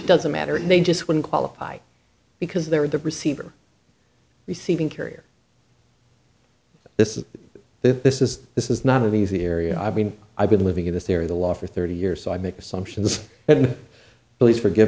doesn't matter they just wouldn't qualify because they were the receiver receiving carrier this is the this is this is not an easy area i mean i've been living in this area the law for thirty years so i make assumptions and please forgive